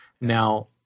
Now